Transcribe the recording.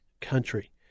country